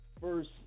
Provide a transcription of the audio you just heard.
first